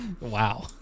wow